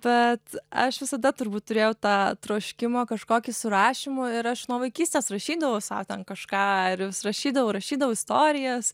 bet aš visada turbūt turėjau tą troškimą kažkokį su rašymu ir aš nuo vaikystės rašydavau sau ten kažką ir vis rašydavau rašydavau istorijas